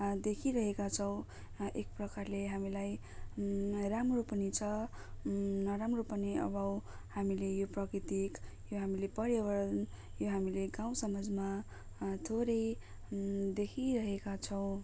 देखिरहेका छौँ एक प्रकारले हामीलाई राम्रो पनि छ नराम्रो पनि अब हामीले यो प्राकृत्तिक यो हामीले पर्यावरण यो हामीले गाउँ समाजमा थोरै देखिरहेका छौँ